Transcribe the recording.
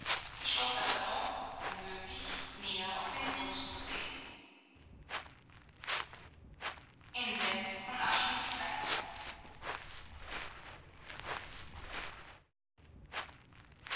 beschloß aber doch wo möglich näher auf den grund zu sehen